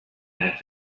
that